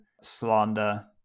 slander